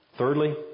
Thirdly